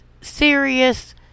serious